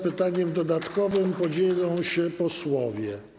Pytaniem dodatkowym podzielą się posłowie.